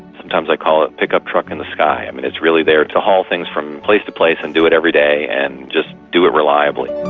sometimes i call it pickup truck in the sky. i mean, it's really there to haul things from place to place and do it every day and just do it reliably.